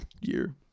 year